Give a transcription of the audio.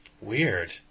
Weird